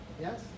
Yes